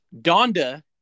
Donda